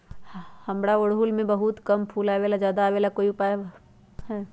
हमारा ओरहुल में बहुत कम फूल आवेला ज्यादा वाले के कोइ उपाय हैं?